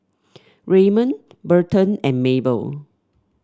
Raymond Burton and Mabel